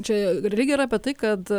čia religija yra apie tai kad